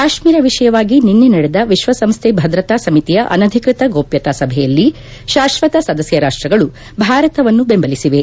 ಕಾತ್ನೀರ ವಿಷಯವಾಗಿ ನಿನ್ನೆ ನಡೆದ ವಿಶ್ವಸಂಸ್ಥೆ ಭದ್ರತಾ ಸಮಿತಿಯ ಅನಧಿಕೃತ ಗೋಷ್ಣತಾ ಸಭೆಯಲ್ಲಿ ಶಾಕ್ಷತ ಸದಸ್ಯ ರಾಷ್ಷಗಳು ಭಾರತವನ್ನು ದೆಂಬಲಿಸಿವೆ